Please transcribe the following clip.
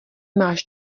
máš